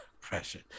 pressure